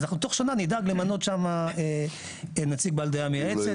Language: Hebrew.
אז תוך שנה אנחנו נדאג למנות שם נציג בעל דעה מייעצת.